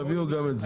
תביאו גם את זה.